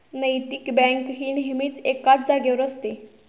नैतिक बँक ही नेहमीच एकाच जागेवर असते